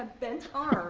bent arm!